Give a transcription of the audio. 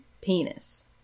Penis